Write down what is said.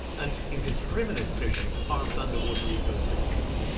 and indiscriminant fishing harms underwater ecosystems.